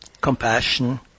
compassion